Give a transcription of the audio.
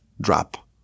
drop